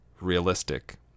realistic